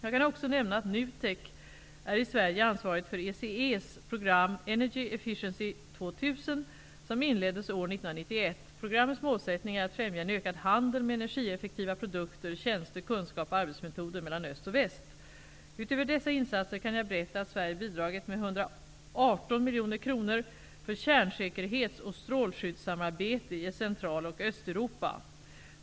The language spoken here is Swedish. Jag kan också nämna att NUTEK är ansvarigt i som inleddes år 1991. Programmets målsättning är att främja en ökad handel med energieffektiva produkter, tjänster, kunskap och arbetsmetoder mellan öst och väst. Utöver dessa insatser kan jag berätta att Sverige bidragit med 118 miljoner kronor för kärnsäkerhets och strålskyddssamarbete i Centraloch Östeuropa.